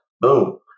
boom